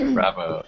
Bravo